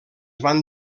van